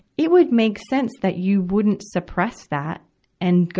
it would make sense that you wouldn't suppress that and go,